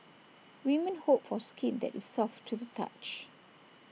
women hope for skin that is soft to the touch